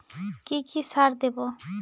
কি কি সার দেবো?